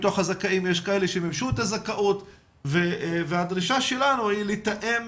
בתוך הזכאים יש כאלה שמימשו את הזכאות והדרישה שלנו היא לתאם